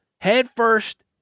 headfirst